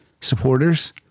supporters